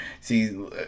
See